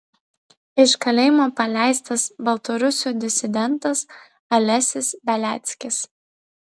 iš kalėjimo paleistas baltarusių disidentas alesis beliackis